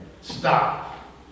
Stop